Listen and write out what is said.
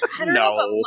no